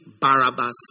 Barabbas